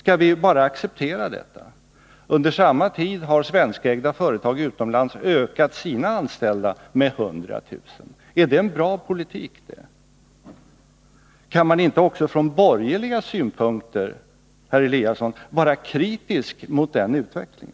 Skall vi bara acceptera detta? Under samma tid har svenskägda företag utomlands ökat sina anställda med 100 000. Är det en bra politik? Kan man inte, herr Eliasson, också från borgerliga synpunkter vara kritisk mot denna utveckling?